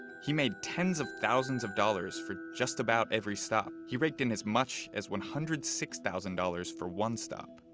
he made tens of thousands of dollars for just about every stop. he raked in as much as one hundred and six thousand dollars for one stop.